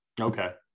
okay